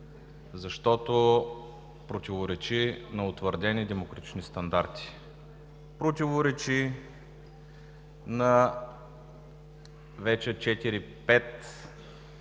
защото противоречи на утвърдени демократични стандарти; противоречи на вече четири-пет